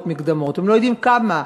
הם לא יודעים כמה.